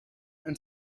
and